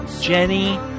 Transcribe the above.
Jenny